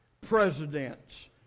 presidents